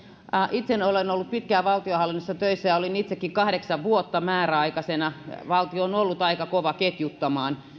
itse olen ollut pitkään valtionhallinnossa töissä ja olin itsekin kahdeksan vuotta määräaikaisena valtio on ollut aika kova ketjuttamaan